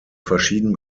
verschieden